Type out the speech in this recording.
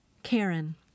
Karen